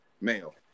Male